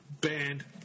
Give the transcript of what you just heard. Banned